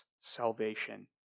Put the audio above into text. salvation